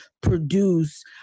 produce